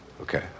Okay